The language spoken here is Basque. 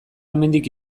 hemendik